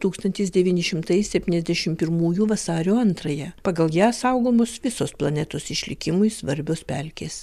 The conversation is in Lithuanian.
tūkstantis devyni šimtai septyniasdešimt pirmųjų vasario antrąją pagal ją saugomos visos planetos išlikimui svarbios pelkės